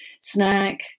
snack